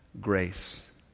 grace